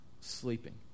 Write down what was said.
sleeping